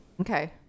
Okay